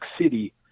City